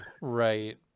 Right